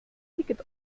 ticket